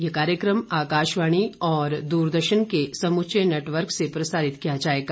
यह कार्यक्रम आकाशवाणी और द्रदर्शन के समूचे नेटवर्क से प्रसारित किया जाएगा